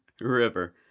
River